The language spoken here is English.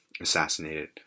assassinated